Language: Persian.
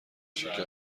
شکل